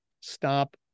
stop